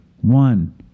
One